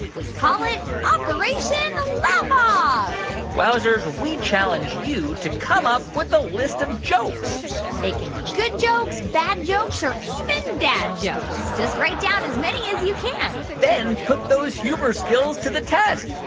we call it operation laugh-off ah wowzers, we challenge you to come up with a list of jokes they can be good jokes, bad jokes or even dad jokes. just write down as many as you can then put those humor skills to the test.